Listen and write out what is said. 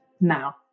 now